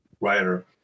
writer